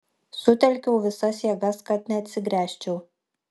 sutelkiau visas jėgas kad neatsigręžčiau